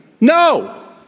No